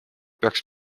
peaks